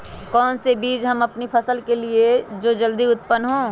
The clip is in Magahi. कौन सी बीज ले हम अपनी फसल के लिए जो जल्दी उत्पन हो?